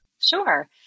Sure